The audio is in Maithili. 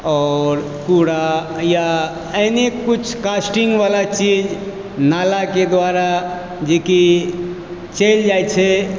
आओर कूड़ा या एहने कुछ कास्टिंगवला चीज नालाके द्वारा जेकि चलि जाइ छै